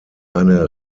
eine